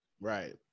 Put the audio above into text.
Right